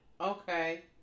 Okay